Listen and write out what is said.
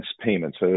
payments